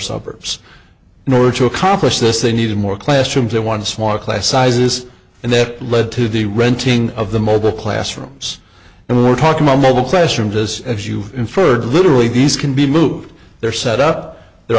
perhaps in order to accomplish this they needed more classrooms they want to smaller class sizes and that led to the renting of the mobile classrooms and we're talking about mobile classrooms as as you inferred literally these can be moved they're set up the